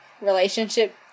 relationship